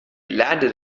landed